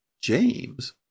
James